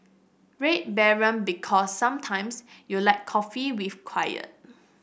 Red Baron Because sometimes you like coffee with quiet